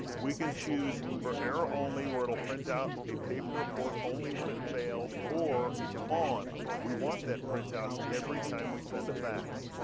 we can choose for error only where it'll print out a paper report only when it fails or on we want that printout every time we send a fax